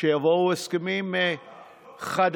שיבואו הסכמים חדשים